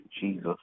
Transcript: Jesus